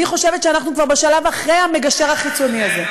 אני חושבת שאנחנו כבר בשלב אחרי המגשר החיצוני הזה.